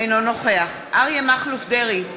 אינו נוכח אריה מכלוף דרעי,